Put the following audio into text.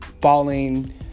falling